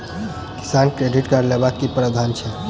किसान credit card लेबाक की प्रावधान छै?